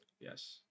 Yes